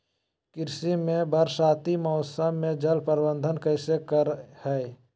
कृषि में बरसाती मौसम में जल प्रबंधन कैसे करे हैय?